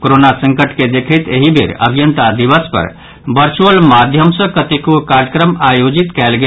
corona संकट के देखैत एहि बेर अभियंता दिवस पर वर्चुअल माध्यम सँ कतेको कार्यक्रम आयोजित कयल गेल